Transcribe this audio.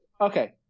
Okay